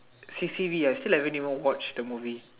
C_C_V ah still haven't even watch the movie